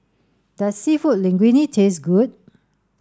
does Seafood Linguine taste good